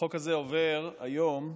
החוק הזה עובר היום,